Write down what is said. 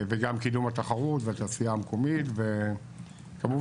גם קידום התחרות והתעשייה המקומית וכמובן